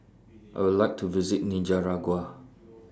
I Would like to visit Nicaragua